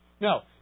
Now